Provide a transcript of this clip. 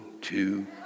two